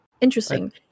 Interesting